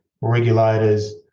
regulators